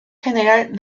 general